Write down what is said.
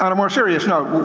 and more serious note,